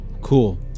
cool